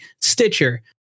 Stitcher